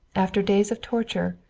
after days of torture,